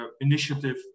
initiative